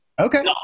Okay